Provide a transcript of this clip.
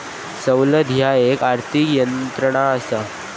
सवलत ह्या एक आर्थिक यंत्रणा असा